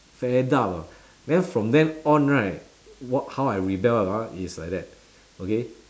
fed up ah then from then on right wh~ how I rebel ah is like that okay